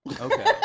okay